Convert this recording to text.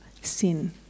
sin